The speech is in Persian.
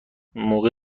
موقع